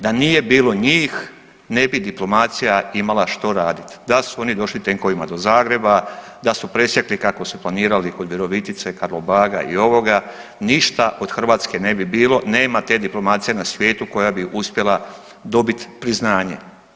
Da nije bilo njih ne bi diplomacija imala što radit, da su oni došli tenkovima do Zagreba, da su presjekli kako su planirali kod Virovitice, Karlobaga i ovoga ništa od Hrvatske ne bi bilo, nema te diplomacije na svijetu koja bi uspjela dobit priznanje.